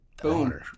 Boom